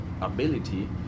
ability